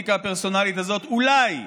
הפוליטיקה הפרסונלית הזאת אולי,